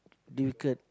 difficult